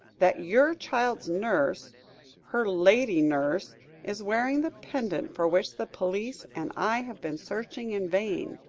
that your child's nurse her lady nurse is wearing the pendant for which the police and i have been searching in vain.